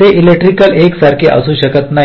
ते इलेक्ट्रिकल एकसारखे असू शकत नाहीत